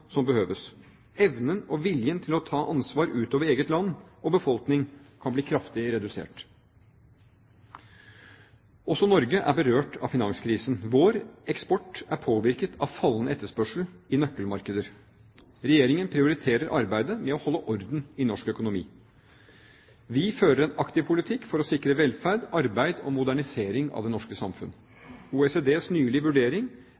som behøves. Evnen og viljen til å ta ansvar utover eget land og egen befolkning kan bli kraftig redusert. Også Norge er berørt av finanskrisen. Vår eksport er påvirket av fallende etterspørsel i nøkkelmarkeder. Regjeringen prioriterer arbeidet med å holde orden i norsk økonomi. Vi fører en aktiv politikk for å sikre velferd, arbeid og modernisering av det norske samfunnet. OECDs nylige vurdering